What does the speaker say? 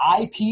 IP